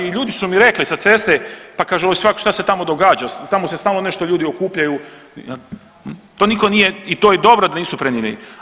Ljudi su mi rekli sa ceste pa kažu šta se tamo događa, tamo se stalno nešto ljudi okupljaju, to nitko nije i to je dobro da nisu prenijeli.